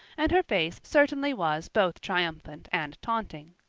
and her face certainly was both triumphant and taunting.